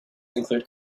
include